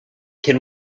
can